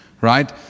right